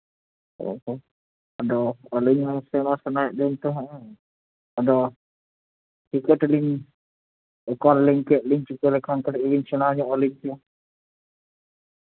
ᱟᱫᱚ ᱟᱹᱞᱤᱧ ᱦᱚᱸ ᱥᱮᱬᱟ ᱥᱟᱱᱟᱭᱮᱫ ᱞᱤᱧ ᱛᱟᱦᱮᱱᱟ ᱟᱫᱚ ᱪᱤᱠᱟᱹ ᱛᱮᱞᱤᱧ ᱚᱠᱟ ᱨᱮᱞᱤᱧ ᱪᱮᱫ ᱞᱤᱧ ᱪᱤᱠᱟᱹ ᱞᱮᱠᱷᱟᱱ ᱠᱟᱹᱴᱤᱡ ᱞᱤᱧ ᱥᱮᱬᱟ ᱧᱚᱜ ᱟᱹᱞᱤᱧ ᱠᱮᱭᱟ